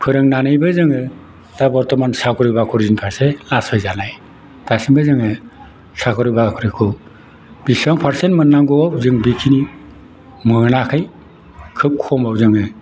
फोरोंनानैबो जोङो साख'रि बाख'रिनि फारसे आसा जानाय दासिमबो जोङो साख'रि बाख'रिखौ बेसां पारसेन्ट मोननांगौआव जों बेखिनि मोनाखै खोब खमाव जोङो